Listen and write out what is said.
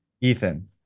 Ethan